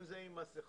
אם זה עם מסיכות,